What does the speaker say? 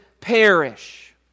perish